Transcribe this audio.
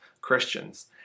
Christians